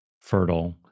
fertile